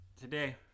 today